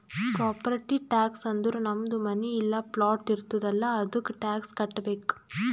property tax ಅಂದುರ್ ನಮ್ದು ಮನಿ ಇಲ್ಲಾ ಪ್ಲಾಟ್ ಇರ್ತುದ್ ಅಲ್ಲಾ ಅದ್ದುಕ ಟ್ಯಾಕ್ಸ್ ಕಟ್ಟಬೇಕ್